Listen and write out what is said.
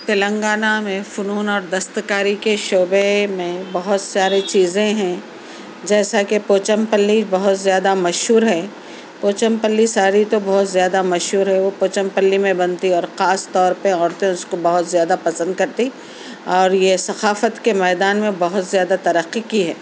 تلنگانہ میں فنون اور دست کاری کے شعبے میں بہت ساری چیزیں ہیں جیسا کہ پوچم پلی بہت زیادہ مشہور ہے پوچم پلی ساری تو بہت زیادہ مشہور ہے پوچم پلی میں بنتی اور خاص طور پر عورتیں بہت زیادہ اس کو پسند کرتی اور یہ ثقافت کے میدان میں بہت زیادہ ترقی کی ہے